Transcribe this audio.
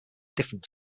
different